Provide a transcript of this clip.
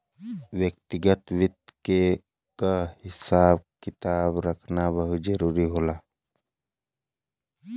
व्यक्तिगत वित्त क हिसाब किताब रखना बहुत जरूरी होला